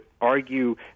argue